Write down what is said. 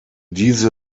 diese